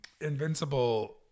Invincible